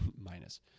minus